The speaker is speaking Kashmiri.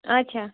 آچھا